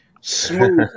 Smooth